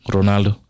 Ronaldo